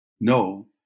no